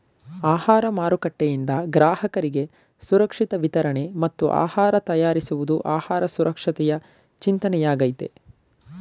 ಆಹಾರ ಮಾರುಕಟ್ಟೆಯಿಂದ ಗ್ರಾಹಕರಿಗೆ ಸುರಕ್ಷಿತ ವಿತರಣೆ ಮತ್ತು ಆಹಾರ ತಯಾರಿಸುವುದು ಆಹಾರ ಸುರಕ್ಷತೆಯ ಚಿಂತನೆಯಾಗಯ್ತೆ